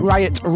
Riot